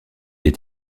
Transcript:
est